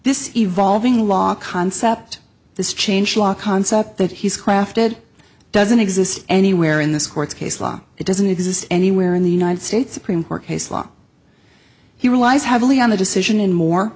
this evolving law concept this change law concept that he's crafted doesn't exist anywhere in this court case law it doesn't exist anywhere in the united states supreme court case law he relies heavily on the decision in more